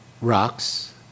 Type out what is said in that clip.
rocks